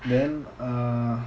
then err